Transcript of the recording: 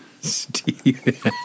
Steve